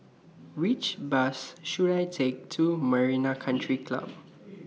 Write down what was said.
Which Bus should I Take to Marina Country Club